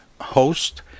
host